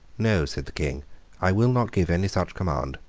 no, said the king i will not give any such command.